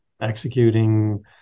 executing